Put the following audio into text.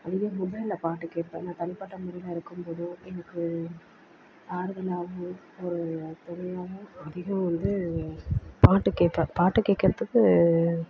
அது மாதிரி மொபைலில் பாட்டு கேட்பேன் நான் தனிப்பட்ட முறையில் இருக்கும் போது எனக்கு ஆறுதலாகவும் ஒரு துணையாவும் அதிகம் வந்து பாட்டு கேட்பேன் பாட்டு கேட்குறதுக்கு